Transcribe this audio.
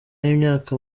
y’imyaka